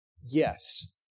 Yes